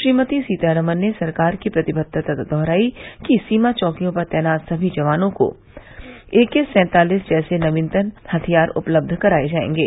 श्रीमती सीतारमन ने सरकार की प्रतिबद्वता दोहराई कि सीमा चौकियों पर तैनात सभी जवानों को ए के सैंतालिस जैसे नवीनतम हथियार उपलब्ध कराए जाएंगे